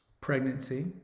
Pregnancy